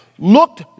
looked